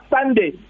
Sunday